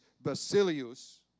basilius